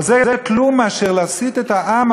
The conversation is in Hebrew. אבל זה כלום לעומת להסית את העם,